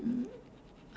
mm mm